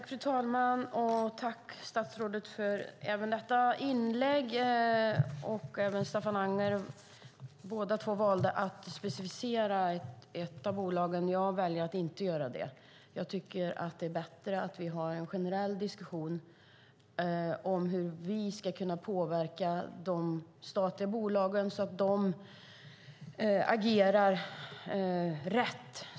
Fru talman! Jag tackar statsrådet även för detta inlägg. Jag tackar också Staffan Anger. Båda två valde att specificera ett av bolagen, men jag väljer att inte göra det. Jag tycker att det är bättre att vi har en generell diskussion om hur vi ska kunna påverka de statliga bolagen så att de agerar rätt.